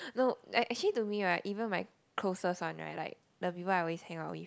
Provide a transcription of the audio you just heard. look actually to me right even my closest one right like the people I always hang out with